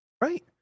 right